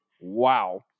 Wow